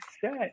set